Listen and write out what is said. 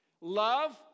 Love